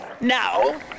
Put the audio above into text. Now